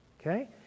okay